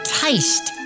taste